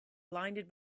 blinded